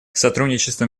сотрудничество